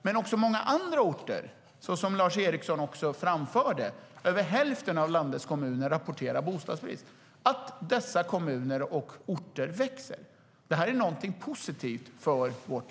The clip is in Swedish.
Det gäller även många andra kommuner och orter, som Lars Eriksson framförde; över hälften av landets kommuner rapporterar bostadsbrist. Det är någonting positivt för vårt land att dessa orter växer.